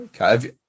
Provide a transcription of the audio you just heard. Okay